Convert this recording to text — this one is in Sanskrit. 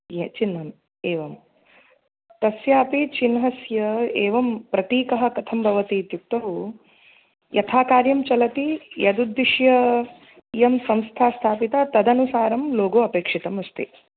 य चिह्नम् एवं तस्यापि चिह्नस्य एवं प्रतीकः कथं भवति इत्युक्तौ यथा कार्यं चलति यदुद्दिश्य इयं संस्था स्थापिता तदनुसारं लोगो अपेक्षितम् अस्ति